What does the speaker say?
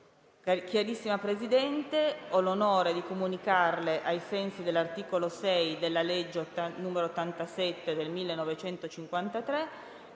Chiarissima Presidente, ho l'onore di comunicarle, ai sensi dell'articolo 6 della legge n. 87 del 1953,